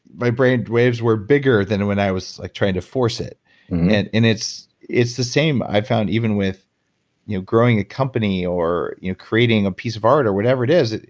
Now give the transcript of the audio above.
my brain waves were bigger than when i was like trying to force it it and it's it's the same i've found, even with you know growing a company or, you know, creating a piece of art or whatever it is.